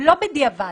לא בדיעבד,